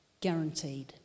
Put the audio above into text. guaranteed